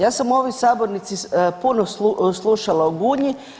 Ja sam u ovoj sabornici puno slušala o Gunji.